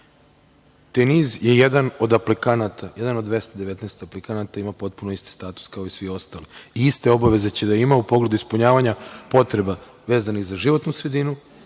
„Tenis“ je jedan od aplikanata, jedan od 219 aplikanata, ima potpuno isti status kao i svi ostali i iste obaveze će da ima u pogledu ispunjavanja potreba vezanih za životnu sredinu,